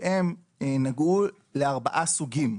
שהם נגעו לארבעה סוגים.